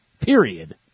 Period